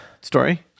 story